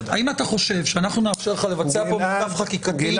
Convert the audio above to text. אם אתה חושב שאנחנו נאפשר לך לבצע פה מחטף חקיקתי,